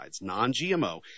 non-GMO